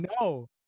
no